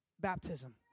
Baptism